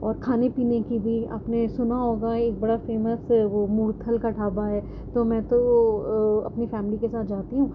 اور کھانے پینے کی بھی آپ نے سنا ہوگا ایک بڑا فیمس وہ مورتھل کا ڈھابہ ہے تو میں تو اپنی فیملی کے ساتھ جاتی ہوں